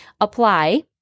apply